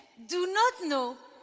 do not know,